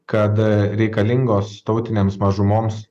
kad reikalingos tautinėms mažumoms